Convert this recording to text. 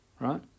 right